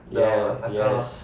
ya yes